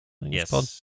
Yes